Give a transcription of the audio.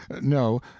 No